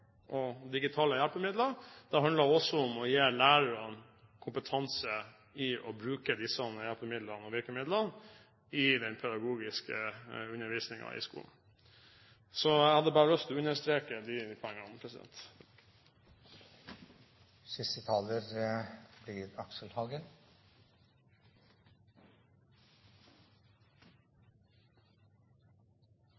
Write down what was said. og digitale hjelpemidler. Det handler også om å gi lærerne kompetanse i å bruke disse hjelpemidlene og virkemidlene i den pedagogiske undervisningen i skolen. Jeg hadde bare lyst til å understreke de poengene. Det er mulig at vi ikke blir